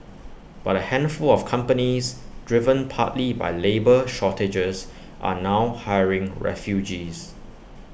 but A handful of companies driven partly by labour shortages are now hiring refugees